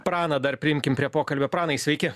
praną dar priimkim prie pokalbio pranai sveiki